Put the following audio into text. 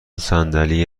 صندلی